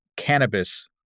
cannabis